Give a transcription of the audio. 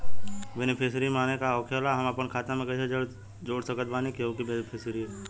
Beneficiary माने का होखेला और हम आपन खाता मे कैसे जोड़ सकत बानी केहु के बेनीफिसियरी?